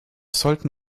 sollten